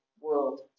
world